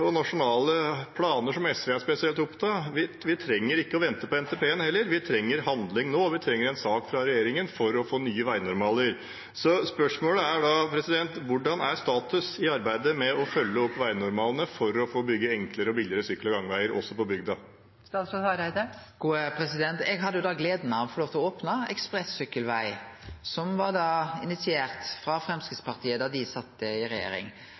som spesielt SV er opptatt av, og vi trenger heller ikke å vente på NTP-en. Vi trenger handling nå, og vi trenger en sak fra regjeringen for å få nye veinormaler. Spørsmålet er da: Hvordan er status på arbeidet med å følge opp veinormalene, for å få bygge enklere og billigere sykkel- og gangveier også på bygda? Eg hadde jo gleda av å få lov til å opne ein ekspress-sykkelveg som var initiert av Framstegspartiet da dei sat i regjering.